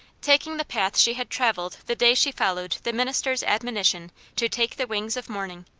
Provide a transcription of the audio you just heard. taking the path she had travelled the day she followed the minister's admonition to take the wings of morning.